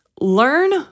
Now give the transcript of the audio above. learn